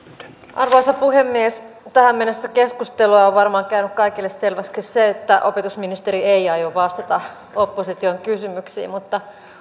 arvoisa puhemies tähän mennessä keskustelua on varmaan käynyt kaikille selväksi se että opetusministeri ei aio vastata opposition kysymyksiin mutta